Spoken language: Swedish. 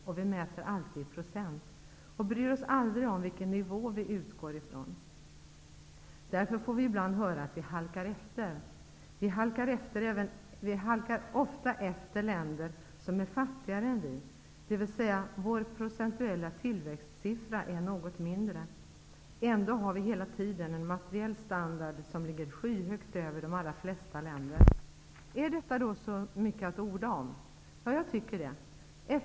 Och vi mäter alltid i procent. Vi bryr oss aldrig om vilken nivå vi utgår ifrån. Därför får vi i bland höra att vi halkar efter. Vi halkar ofta efter länder som är fattigare än vi, dvs. vår procentuella tillväxtsiffra är något mindre. Ändå har vi hela tiden en materiell standard som ligger skyhögt över de allra flesta länders. Är då detta så mycket att orda om? Ja, jag tycker det.